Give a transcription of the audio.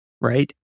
right